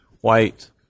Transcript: white